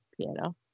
piano